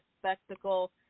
spectacle